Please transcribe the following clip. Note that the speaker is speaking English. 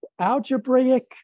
algebraic